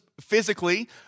physically